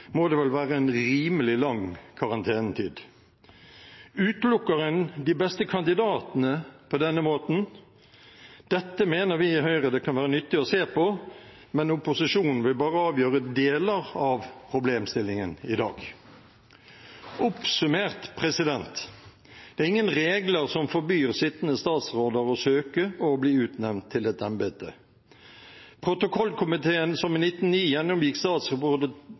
må det vel være en rimelig lang karantenetid? Utelukker en de beste kandidatene på denne måten? Dette mener vi i Høyre det kan være nyttig å se på, men opposisjonen vil bare avgjøre deler av problemstillingen i dag. Oppsummert: Det er ingen regler som forbyr sittende statsråder å søke og å bli utnevnt til et embete. Protokollkomiteen som i 1909